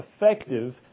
effective